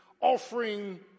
offering